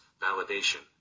validation